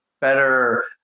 better